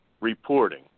reporting